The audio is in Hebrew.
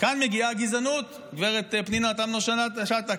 כאן מגיעה הגזענות, הגב' פנינה תמנו שטה.